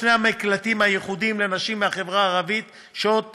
בשני המקלטים הייחודיים לנשים מהחברה הערבית שוהות